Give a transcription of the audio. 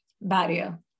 barrier